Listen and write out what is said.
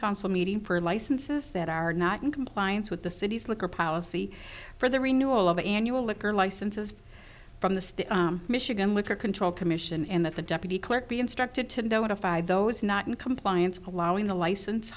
consul meeting for licenses that are not in compliance with the city's liquor policy for the renewal of annual liquor licenses from the michigan liquor control commission and that the deputy clerk be instructed to notify those not in compliance allowing the license